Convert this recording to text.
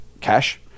cash